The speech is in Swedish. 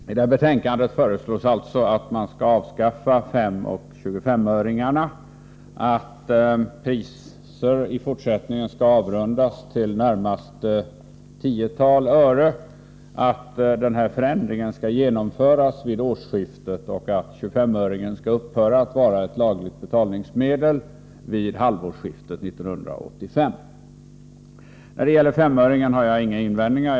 Herr talman! I detta betänkande föreslås att man skall avskaffa 5 och 25-öringarna, att priser i fortsättningen skall avrundas till närmaste tiotal ören, att denna förändring skall genomföras vid årsskiftet och att 25-öringen skall upphöra att vara ett lagligt betalningsmedel vid halvårsskiftet 1985. När det gäller S5-öringen har jag inga invändningar.